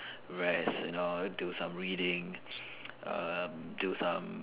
rest you know do some readings um do some